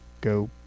go